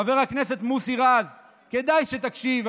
חבר הכנסת מוסי רז, כדאי שתקשיב.